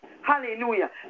Hallelujah